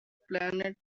planet